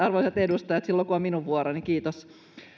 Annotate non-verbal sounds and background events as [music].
[unintelligible] arvoisat edustajat silloin kun on minun vuoroni kiitos